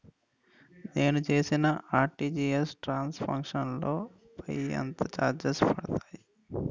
నేను చేసిన RTGS transaction లో పై ఎంత చార్జెస్ పడతాయి?